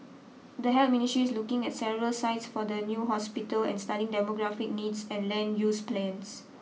the Ministry is looking at several sites for the new hospital and studying demographic needs and land use plans